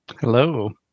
Hello